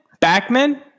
Backman